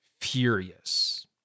furious